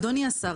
אדוני השר,